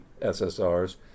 SSR's